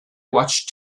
watched